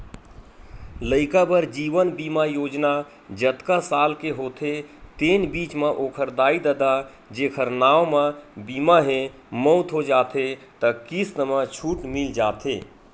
लइका बर जीवन बीमा योजना जतका साल के होथे तेन बीच म ओखर दाई ददा जेखर नांव म बीमा हे, मउत हो जाथे त किस्त म छूट मिल जाथे